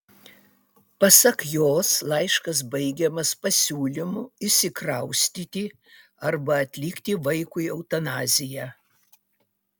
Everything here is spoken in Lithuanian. pasak jos laiškas baigiamas pasiūlymu išsikraustyti arba atlikti vaikui eutanaziją